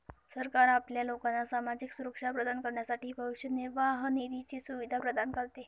सरकार आपल्या लोकांना सामाजिक सुरक्षा प्रदान करण्यासाठी भविष्य निर्वाह निधीची सुविधा प्रदान करते